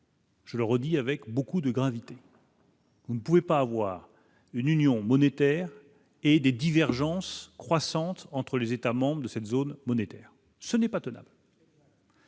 Je le redis avec beaucoup de gravité. Vous ne pouvez pas avoir une union monétaire et des divergences croissantes entre les États membres de cette zone monétaire, ce n'est pas tenable.